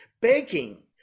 Baking